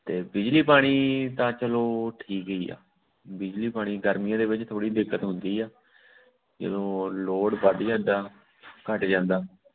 ਅਤੇ ਬਿਜਲੀ ਪਾਣੀ ਤਾਂ ਚਲੋ ਠੀਕ ਹੀ ਆ ਬਿਜਲੀ ਪਾਣੀ ਗਰਮੀਆਂ ਦੇ ਵਿੱਚ ਥੋੜ੍ਹੀ ਦਿੱਕਤ ਹੁੰਦੀ ਆ ਜਦੋਂ ਲੋੜ ਵੱਧ ਜਾਂਦਾ ਘੱਟ ਜਾਂਦਾ